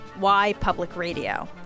WhyPublicRadio